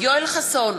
יואל חסון,